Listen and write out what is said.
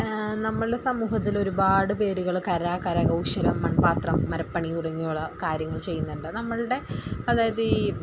നമ്മളുടെ സമൂഹത്തിൽ ഒരുപാട് പേരുകൾ കര കരകൗശലം മൺപാത്രം മരപ്പണി തുടങ്ങിയുള്ള കാര്യങ്ങൾ ചെയ്യുന്നുണ്ട് നമ്മളുടെ അതായത് ഈ